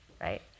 right